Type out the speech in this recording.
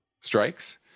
strikes